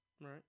Right